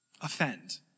Offend